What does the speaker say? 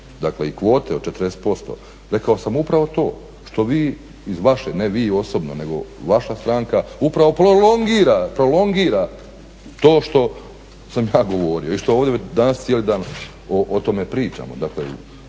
dakle i kvote od 40% rekao sam upravo to što vi iz vaše, ne vi osobno nego vaša stranka upravo prolongira to što sam ja govorio i što ovdje danas cijeli dan o tome pričamo. Dakle,